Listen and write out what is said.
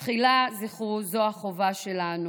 תחילה, זכרו, זו החובה שלנו,